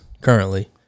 currently